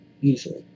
usually